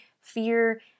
fear